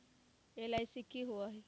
LIC की होअ हई?